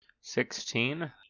Sixteen